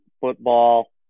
football